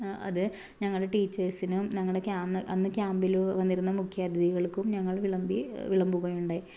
അത് ഞങ്ങൾ ടീച്ചേഴ്സിനും ഞങ്ങളുടെ അന്ന് ക്യാമ്പിൽ വന്നിരുന്ന മുഖ്യ അഥിതികള്ക്കും ഞങ്ങള് വിളമ്പി വിളമ്പുകയുണ്ടായി